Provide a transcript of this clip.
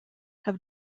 have